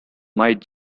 might